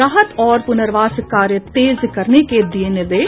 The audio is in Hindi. राहत और पुनर्वास कार्य तेज करने के दिये निर्देश